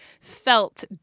felt